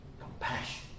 Compassion